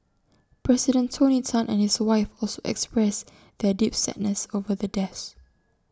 president tony Tan and his wife also expressed their deep sadness over the deaths